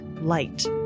light